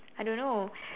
I don't know